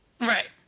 Right